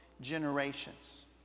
generations